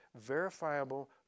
verifiable